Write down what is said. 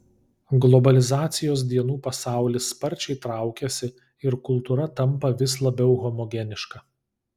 globalizacijos dienų pasaulis sparčiai traukiasi ir kultūra tampa vis labiau homogeniška